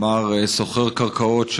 אמר סוחר קרקעות,